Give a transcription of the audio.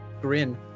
grin